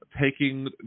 taking